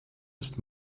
ist